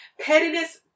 pettiness